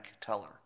teller